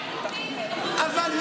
לא,